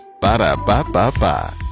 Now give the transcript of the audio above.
Ba-da-ba-ba-ba